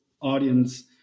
audience